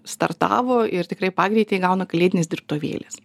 startavo ir tikrai pagreitį įgauna kalėdinės dirbtuvėlės